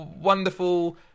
wonderful